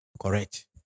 Correct